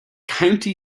county